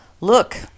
Look